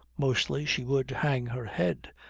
mostly she would hang her head,